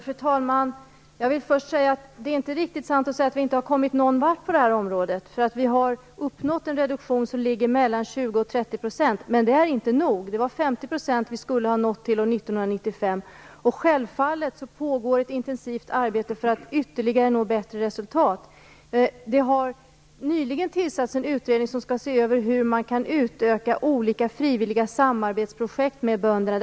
Fru talman! Det är inte riktigt sant att vi inte har kommit någon vart på det här området. Vi har uppnått en reduktion som ligger på mellan 20 % och 30 %, men det är inte nog. Det var 50 % vi skulle ha nått till år 1995, och självfallet pågår ett intensivt arbete för att nå ytterligare bättre resultat. Det har nyligen tillsatts en utredning som skall se över hur man kan utöka olika frivilliga samarbetsprojekt med bönderna.